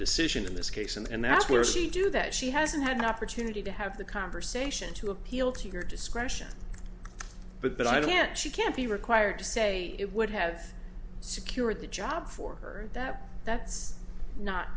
decision in this case and that's where she do that she hasn't had an opportunity to have the conversation to appeal to her discretion but i can't she can't be required to say it would have secured the job for her that that's not